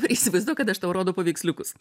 įsivaizduok kad aš tau rodo paveiksliukus